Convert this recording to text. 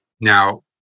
now